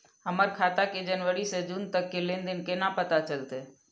हमर खाता के जनवरी से जून तक के लेन देन केना पता चलते?